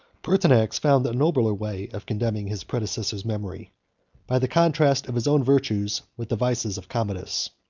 pertinax found a nobler way of condemning his predecessor's memory by the contrast of his own virtues with the vices of commodus.